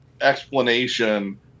explanation